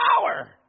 power